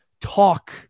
talk